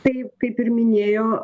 taip kaip ir minėjo